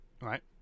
Right